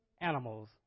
animals